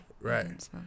right